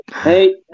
Hey